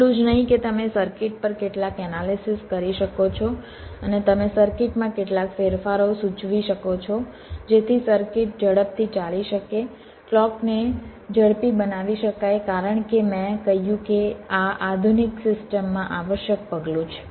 એટલું જ નહીં કે તમે સર્કિટ પર કેટલાક એનાલિસિસ કરી શકો છો અને તમે સર્કિટમાં કેટલાક ફેરફારો સૂચવી શકો છો જેથી સર્કિટ ઝડપથી ચાલી શકે ક્લૉકને ઝડપી બનાવી શકાય કારણ કે મેં કહ્યું કે આ આધુનિક સિસ્ટમમાં આવશ્યક પગલું છે